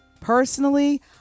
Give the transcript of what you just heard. Personally